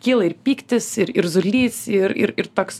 kyla ir pyktis ir irzulys ir ir ir toks